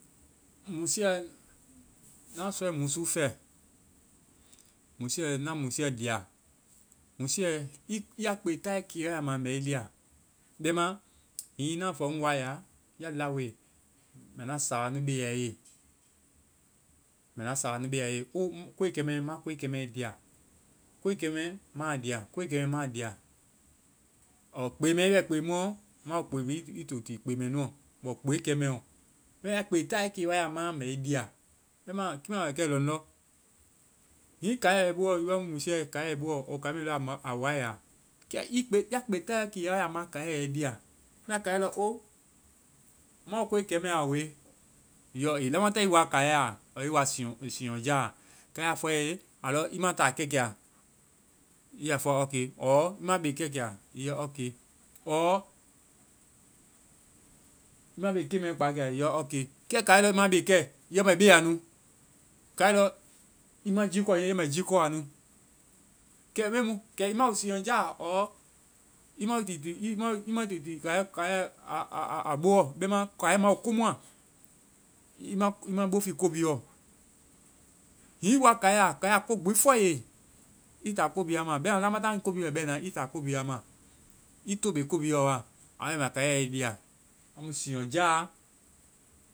Musiiɛ. Na sɔe musu fɛ, musiiɛ, na musiiɛ dia. Musiiɛ, iya kpee taayɛ kiiɛ wa ya ma mbɛ i dia. Bɛma hiŋi ŋna fɔ ŋ waa i ya, ya laoe, mbɛ na sawanu be a ye. Mbɛ na sawanu be a ye. O koe kɛmɛ, ma koe kɛmɛ dia. Koe kɛmɛ, ma dia. ɔɔ kpe mɛ, i bɛ kpe mu ɔ, ma wo kpe bi, i to ti kpe mɛ nuo ɔɔ kpe kɛ mɛ ɔ. Bɛma ya kpe taayɛ kii wa ya ma mɛ i dia. Bɛma kiimu a bɛ kɛ lɔŋndɔ, hiŋi kaiɛ bɛ i bo wɔ, i wa musiiɛ, kaiɛ bɛ i bowɔ ɔɔ kai mɛ nu lɔ a waa i ya, kɛ i kpe, ya kpe taayɛ kiiɛ wa ya ma kaiɛ ɛ i dia. Na kaiɛ lɔ o, ma wo koe kɛmɛ a we. I yɔ aa. Lamataŋ i wa kaiɛ a ɔɔ i wa siinyɔ-siinyɔja a. Kaiɛ a fɔe i lɔ i ma taa kɛkia. I ya fɔa okay. ɔɔ i ma be kɛkia. I yɔ okay. ɔɔ i ma be keŋ mɛ kpakia. I yɔ okay kɛ kaiɛ lɔ i ma be kɛ. I yɔ, mɛ beya nu. Kaiɛ lɔ, ii ma jiikɔ niiɛ. Ii lɔ, mɛ jjkɔa nu. Kɛ me mu? Kɛ i ma wo siinyɔjaa. ɔɔ ii ma wo i to tii ma wo ii to tii kaiɛ, a boɔ. Bɛma kaiɛ ma wo komu a, ii ma bo fi ko bi yɔ. Hiŋ i woa kaiɛ a, kaiɛ a kogbifɔe i ye, i ta kobi wa ma. Bɛma lamataŋ kobi bɛ bɛna, ii ta kobii wa ma. Ii to be kobi yɔ wa. A wae ma kaiɛ yɛ ii lia. A mu siinyɔjaa,